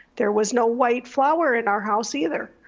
there was no white flour in our house either.